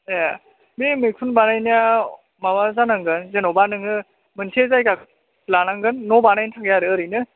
ए बे मैखुन बानायनायाव माबा जानांगोन जेनेबा नोङो मोनसे जायगा लानांगोन न' बानायनो थाखाय ओरैनो